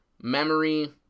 memory